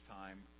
time